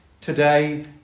Today